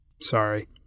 sorry